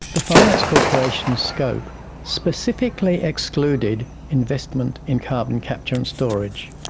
the finance corporation's scope specifically excluded investment in carbon capture and storage,